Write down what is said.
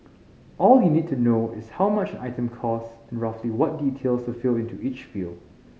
all you need to know is how much an item costs and roughly what details to fill into each field